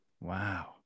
Wow